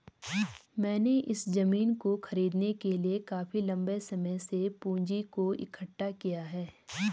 मैंने इस जमीन को खरीदने के लिए काफी लंबे समय से पूंजी को इकठ्ठा किया है